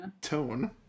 tone